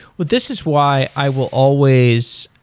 but this is why i will always